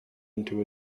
into